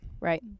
Right